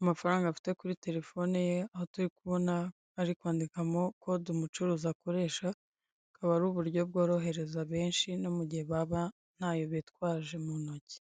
amafaranga afite kuri telephone ye, aho turi kubona Ari kwandikiramo kode umucurizi akoresha. Akaba Ari uburyo bworohereza benshi niyo ntayo bitwaje mu ntoki.